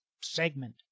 segment